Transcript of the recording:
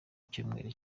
icyumweru